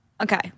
Okay